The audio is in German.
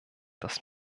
das